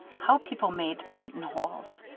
how people made buttonholes.